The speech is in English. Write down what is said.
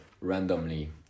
randomly